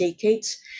decades